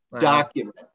document